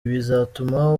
bizatuma